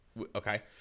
Okay